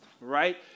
right